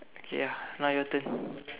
ya now your turn